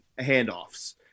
handoffs